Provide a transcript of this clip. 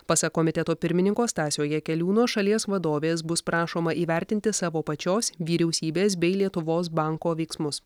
pasak komiteto pirmininko stasio jakeliūno šalies vadovės bus prašoma įvertinti savo pačios vyriausybės bei lietuvos banko veiksmus